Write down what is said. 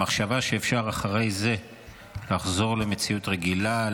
המחשבה שאחרי זה אפשר לחזור למציאות רגילה,